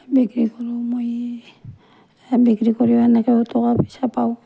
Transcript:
বিক্ৰী কৰোঁ মই বিক্ৰী কৰি এনেকৈও টকা পইচা পাওঁ